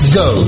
go